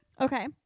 Okay